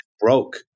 broke